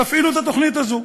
תפעילו את התוכנית הזו.